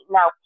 Now